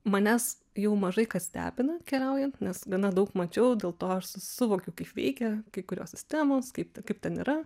manęs jau mažai kas stebina keliaujant nes gana daug mačiau dėl to aš su suvokiu kaip veikia kai kurios sistemos kaip kaip ten yra